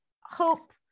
hope